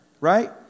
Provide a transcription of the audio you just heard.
Right